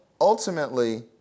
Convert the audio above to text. ultimately